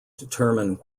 determine